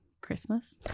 Christmas